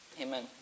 amen